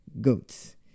goats